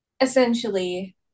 essentially